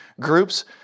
groups